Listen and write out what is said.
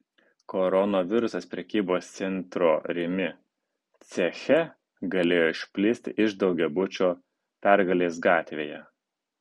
koronavirusas prekybos centro rimi ceche galėjo išplisti iš daugiabučio pergalės gatvėje